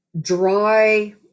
dry